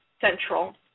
Central